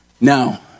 Now